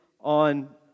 on